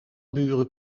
buren